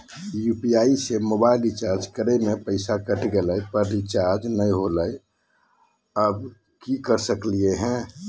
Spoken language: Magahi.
यू.पी.आई से मोबाईल रिचार्ज करे में पैसा कट गेलई, पर रिचार्ज नई होलई, अब की कर सकली हई?